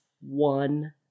one